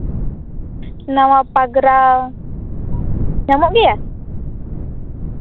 ᱱᱟᱣᱟ ᱯᱟᱜᱽᱨᱟ ᱧᱟᱢᱚᱜ ᱜᱮᱭᱟ